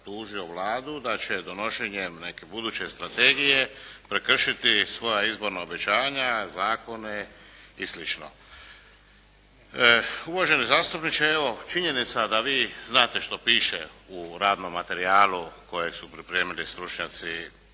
optužio Vladu da će donošenjem neke buduće strategije prekršiti svoja izborna obećanja, zakone i slično. Uvaženi zastupniče, evo činjenica da vi znate što piše u radnom materijalu kojeg su pripremili stručnjaci